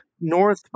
north